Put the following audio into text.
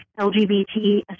LGBT